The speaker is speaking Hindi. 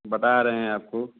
बता रहे हैं आपको